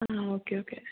okay okay